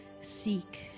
Seek